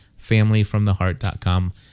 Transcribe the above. familyfromtheheart.com